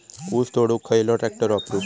ऊस तोडुक खयलो ट्रॅक्टर वापरू?